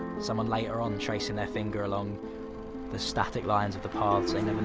someone later on, tracing their finger along the static lines of the paths they never